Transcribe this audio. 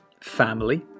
family